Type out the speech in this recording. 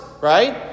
right